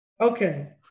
Okay